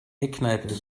eckkneipe